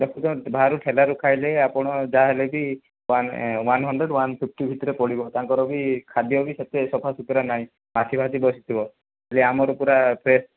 ଦେଖୁଛ ବାହାରୁ ଠେଲାରୁ ଖାଇଲେ ଆପଣ ଯାହାହେଲେବି ୱାନ ୱାନହନଣ୍ଡ୍ରେଡ଼ ୱାନଫ୍ପିଟି ଭିତରେ ପଡ଼ିବ ତାଙ୍କର ବି ଖାଦ୍ୟ ବି ସେତେ ସଫା ସୁତୁରା ନାହିଁ ମାଛି ଫାଛି ବସିଥିବ ଯେ ଆମର ପୁରା ଫ୍ରେଶ